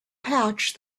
pouch